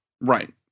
right